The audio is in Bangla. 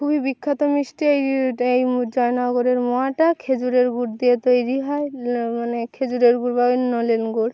খুবই বিখ্যাত মিষ্টি এই এই জয়নগরের মোয়াটা খেজুরের গুড় দিয়ে তৈরি হয় মানে খেজুরের গুড় বা নলেন গুড়